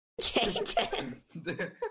Jaden